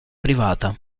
privata